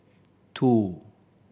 two